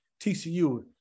TCU